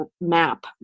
map